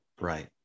right